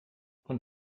und